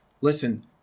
Listen